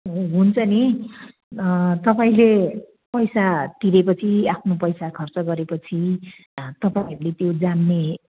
ए हुन्छ नि तपाईँले पैसा तिरे पछि आफ्नो पैसा खर्च गरे पछि तपाईँहरूले त्यो जान्ने